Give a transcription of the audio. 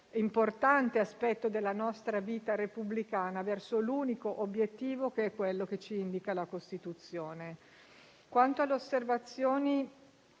importante aspetto della nostra vita repubblicana verso l'unico obiettivo, che è quello indicato dalla Costituzione. Quanto alle osservazioni